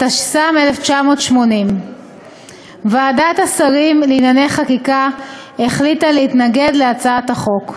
התש"ם 1980. ועדת השרים לענייני חקיקה החליטה להתנגד להצעת החוק.